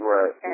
Right